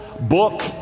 book